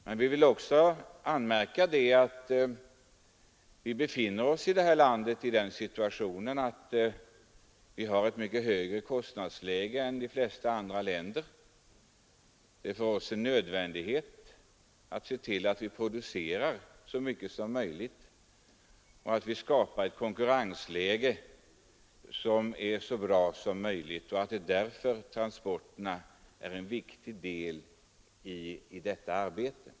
Men vi ville också anmärka att vårt land har ett mycket högre kostnadsläge än de flesta andra länder. Det är för oss en nödvändighet att se till att vi producerar så mycket som möjligt och skapar ett konkurrensläge som är så bra som möjligt, och transporterna är en viktig del av detta arbete.